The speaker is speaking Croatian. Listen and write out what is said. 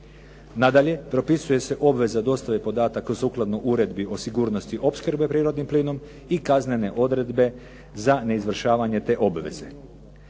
Nadalje, propisuje se obveza dostave podataka sukladno uredbi o sigurnosti opskrbe prirodnim plinom i kaznene odredbe za neizvršavanje te obveze.